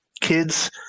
kids